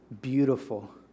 beautiful